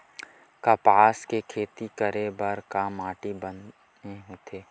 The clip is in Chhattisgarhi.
कपास के खेती करे बर का माटी बने होथे?